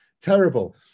terrible